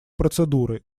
процедуры